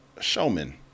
showmen